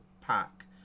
pack